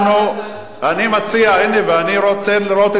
אני מציע, הנה, אני רוצה לראות את הקואליציה.